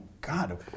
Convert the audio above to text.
god